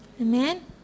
Amen